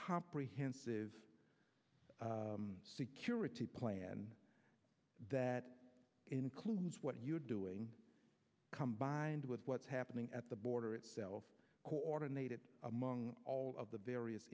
comprehensive security plan that includes what you are doing combined with what's happening at the border itself coordinated among all of the various